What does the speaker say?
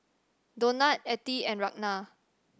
Donat Ethie and Ragna